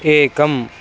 एकम्